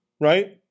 right